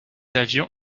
avions